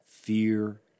Fear